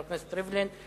חבר הכנסת ריבלין.